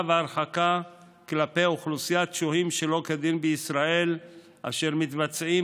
והרחקה כלפי אוכלוסיית שוהים שלא כדין בישראל אשר מתבצעים